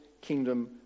kingdom